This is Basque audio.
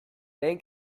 lehen